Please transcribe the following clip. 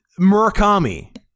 Murakami